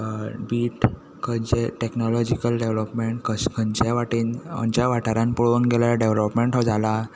beet खंयचेय technological development खंयचे खंयचेय वाटेन खंयच्याय वाठारांत पळोवंक गेल्यार डेवीलोपमेंट हो जाला